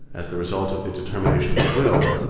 as the result of the determination of the will,